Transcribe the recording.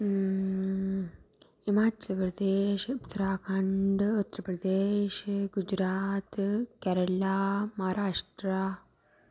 Himachal Pradesh Uttarakhand Uttar Pradesh Gujarat Kerala Maharashtra